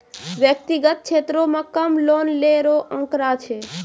व्यक्तिगत क्षेत्रो म कम लोन लै रो आंकड़ा छै